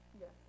Yes